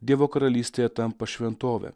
dievo karalystėje tampa šventove